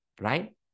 Right